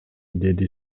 деди